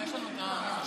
תגלה מי,